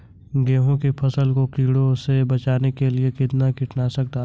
गेहूँ की फसल को कीड़ों से बचाने के लिए कितना कीटनाशक डालें?